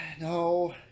No